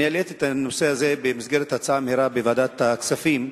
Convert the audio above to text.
העליתי את הנושא הזה במסגרת הצעה מהירה בוועדת הכספים,